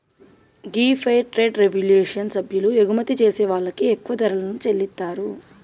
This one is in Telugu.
గీ ఫెయిర్ ట్రేడ్ రెవల్యూషన్ సభ్యులు ఎగుమతి చేసే వాళ్ళకి ఎక్కువ ధరలను చెల్లితారు